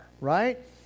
right